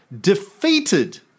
defeated